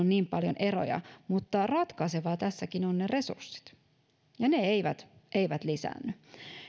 niin paljon eroja mutta ratkaisevaa tässäkin ovat ne resurssit ja ne eivät eivät lisäänny